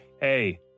Hey